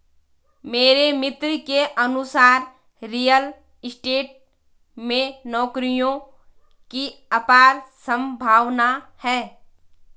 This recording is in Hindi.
मेरे मित्र के अनुसार रियल स्टेट में नौकरियों की अपार संभावना है